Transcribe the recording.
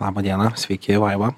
laba diena sveiki vaiva